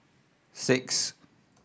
six